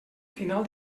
final